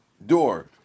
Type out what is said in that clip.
door